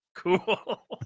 Cool